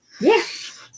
Yes